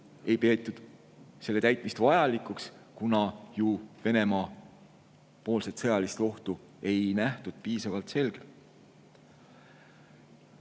ei peetud selle täitmist vajalikuks, kuna Venemaa sõjalist ohtu ei nähtud piisavalt selgelt.